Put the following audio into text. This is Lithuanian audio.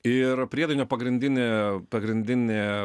ir priedainio pagrindinė pagrindinė